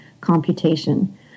computation